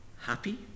happy